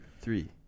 three